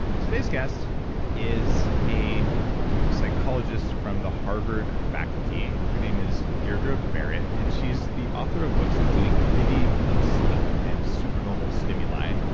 today's guest is a psychologist from the harvard faculty. her name is deirdre barret, and she's the author of books including committee of sleep, and supernormal stimuli,